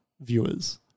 viewers